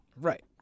Right